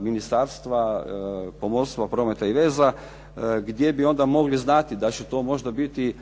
Ministarstva pomorstva, prometa i veza gdje bi onda mogli znati da će to možda biti